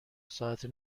ساعت